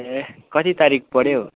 ए कति तारिक पर्यो हौ